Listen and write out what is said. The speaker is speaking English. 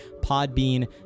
Podbean